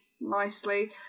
nicely